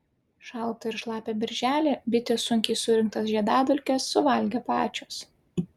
šaltą ir šlapią birželį bitės sunkiai surinktas žiedadulkes suvalgė pačios